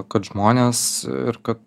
kad žmonės ir kad